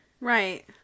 right